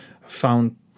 found